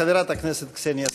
חברת הכנסת קסניה סבטלובה.